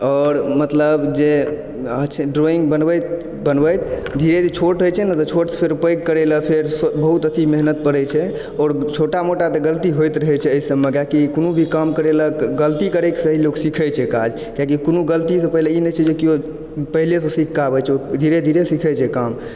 आओर मतलब जे ड्राइंग बनबैत बनबैत धीरे धीरे छोट होइ छै नऽ तऽ छोटसँ फेर पैघ करयलऽ फेर बहुत अथी मेहनत पड़ैत छै आओर छोटा मोटा तऽ गलती होइत रहय छै एहिसभमे किआकि कोनो भी काम करयलऽ गलती करयसँ ही लोक सिखय छै काज किआकि कोनो गलतीसँ पहिने ई नहि छै जे केओ पहिलेसँ सिखके आबैत छै ओ धीरे धीरे सीखय छै काम